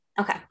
Okay